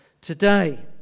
today